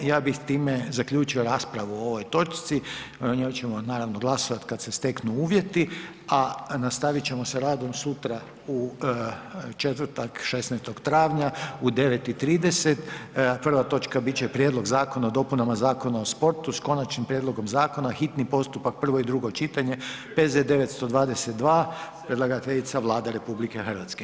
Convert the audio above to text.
Ja bih time zaključio raspravu o ovoj točci, o njoj ćemo naravno glasovat kada se steknu uvjeti, a nastavit ćemo sa radom sutra u četvrtak 16.travnja u 9,30 prva točka bit će Prijedlog zakona o dopunama Zakona o sportu, s Konačnim prijedlogom Zakona, hitni postupak, prvo i drugo čitanje, P.Z. br. 922, predlagateljica Vlada RH.